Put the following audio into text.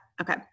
Okay